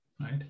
right